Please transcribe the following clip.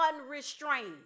unrestrained